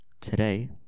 today